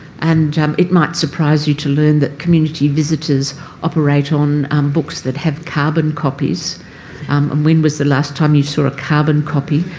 and um it might surprise you to learn that community visitors operate on books that have carbon copies, um and when was the last time you saw a carbon copy.